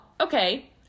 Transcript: okay